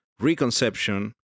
Reconception